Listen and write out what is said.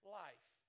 life